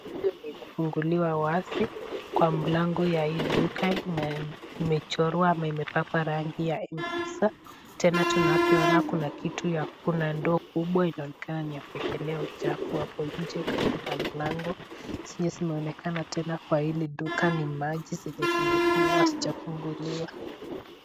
Duka imefunguliwa wazi, kwa mlango ya hii duka imechorwa ama imepakwa rangi ya M-Pesa. Tena tunavyoona kuna kitu ya kuna ndoo kubwa inaonekana ni ya kuwekelea uchafu hapo nje. Kwenye milango zenye zimeonekana tena kwa hili duka ni maji zenye zimefungwa hazijafunguliwa.